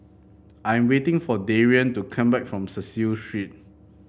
I am waiting for Darian to come back from Cecil Street